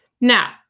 Now